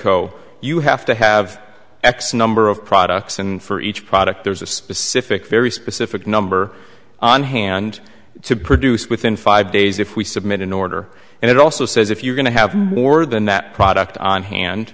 co you have to have x number of products and for each product there's a specific very specific number on hand to produce within five days if we submit an order and it also says if you're going to have more than that product on hand